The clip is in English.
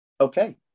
okay